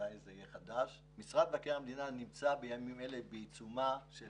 אולי זה יהיה חדש שמשרד מבקר המדינה נמצא בימים אלה בעיצומה של